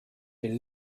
been